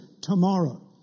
Tomorrow